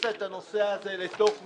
הכניסה את הנושא הזה לתוך מסגרת,